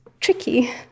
tricky